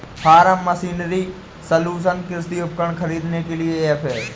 form machinery solution कृषि उपकरण खरीदने के लिए ऐप है